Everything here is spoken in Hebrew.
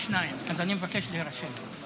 לפני שאנחנו עוברים להצעה הבאה,